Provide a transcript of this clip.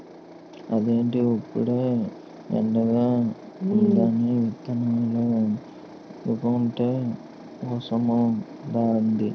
అదేటి ఇప్పుడే ఎండగా వుందని విత్తుదామనుకుంటే వర్సమొచ్చేతాంది